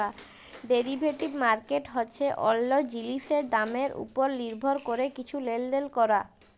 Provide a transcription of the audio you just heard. derivative market হছে অল্য জিলিসের দামের উপর লির্ভর ক্যরে কিছু লেলদেল ক্যরা